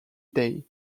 day